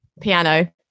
Piano